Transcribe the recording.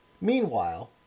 Meanwhile